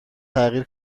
تغییر